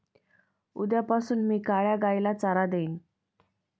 उद्यापासून मी काळ्या गाईला चारा देईन